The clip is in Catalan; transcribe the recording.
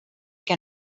que